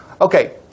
Okay